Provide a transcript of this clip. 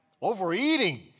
Overeating